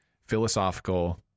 philosophical